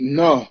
no